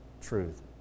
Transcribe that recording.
truth